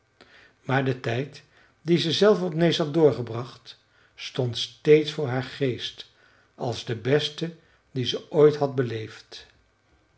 maar de tijd dien ze zelf op nääs had doorgebracht stond steeds voor haar geest als de beste dien ze ooit had beleefd